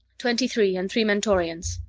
twenty-three, and three mentorians.